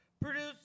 produced